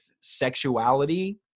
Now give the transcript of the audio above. sexuality